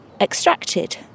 extracted